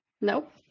Nope